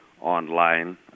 online